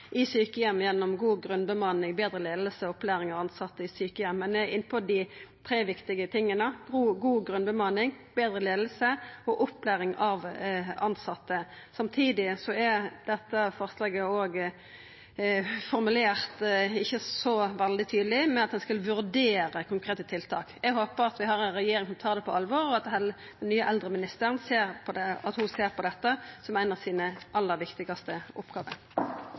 i sjukeheim gjennom god grunnbemanning, betre leiing og opplæring av tilsette i sjukeheim. Vi er inne på dei tre viktigaste tinga – god grunnbemanning, betre leiing og opplæring av tilsette. Samtidig er ikkje dette forslaget formulert så veldig tydeleg ved at ein skal «vurdere konkrete tiltak». Eg håpar at vi har ei regjering som tar dette på alvor, at den nye eldreministeren ser på dette som ei av sine aller viktigaste oppgåver.